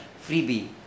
freebie